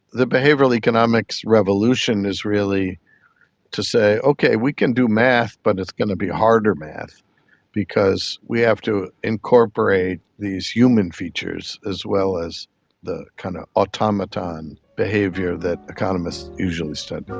the behavioural economics revolution is really to say, okay, we can do maths but it's going to be harder maths because we have to incorporate these human features as well as the kind of automaton behaviour that economists usually study.